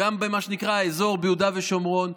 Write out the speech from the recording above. גם במה שנקרא האזור ביהודה ושומרון,